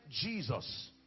Jesus